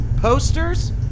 Posters